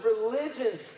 religion